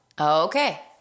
Okay